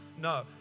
No